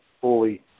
fully